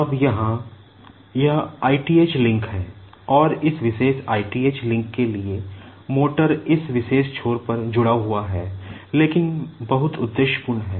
अब यहाँ यह i th लिंक है और इस विशेष i th लिंक के लिए मोटर इस विशेष छोर पर जुड़ा हुआ है लेकिन बहुत उद्देश्यपूर्ण है